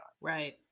Right